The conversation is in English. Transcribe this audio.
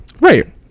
Right